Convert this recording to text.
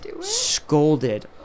scolded